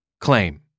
claim